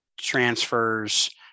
transfers